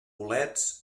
bolets